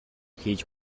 хийж